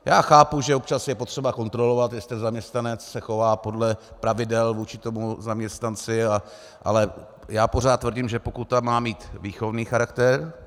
Já chápu, že občas je potřeba kontrolovat, jestli se zaměstnanec chová podle pravidel vůči tomu zaměstnanci, ale já pořád tvrdím, že pokuta má mít výchovný charakter.